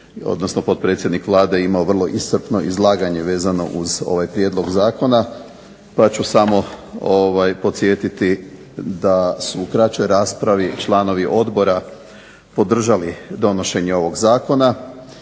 odnosno potpredsjednik Vlade imao vrlo iscrpno izlaganje vezano uz ovaj prijedlog zakona pa ću samo podsjetiti da su u kraćoj raspravi članovi odbora podržali donošenje ovog zakona,